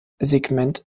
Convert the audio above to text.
segment